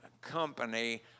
company